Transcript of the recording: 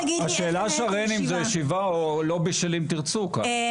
השאלה שרן אם זו ישיבה או לובי של "אם תרצו" כאן.